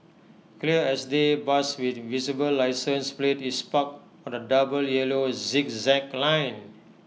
clear as day bus with visible licence plate is parked on A double yellow zigzag line